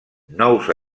nous